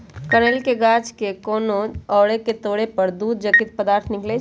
कनइल के गाछ के कोनो अङग के तोरे पर दूध जकति पदार्थ निकलइ छै